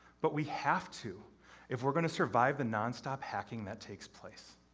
but we have to if we're going to survive the nonstop hacking that takes place.